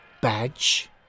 Badge